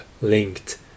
linked